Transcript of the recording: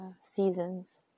seasons